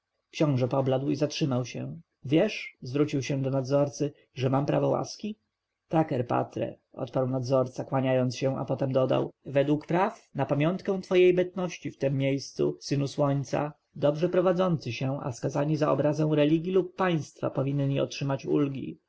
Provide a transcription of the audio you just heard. książę pobladł i zatrzymał się wiesz zwrócił się do nadzorcy że mam prawo łaski tak erpatre odpowiedział nadzorca kłaniając się a potem dodał według praw na pamiątkę twojej bytności w tem miejscu synu słońca dobrze prowadzący się a skazani za obrazę religji lub państwa powinni otrzymać ulgi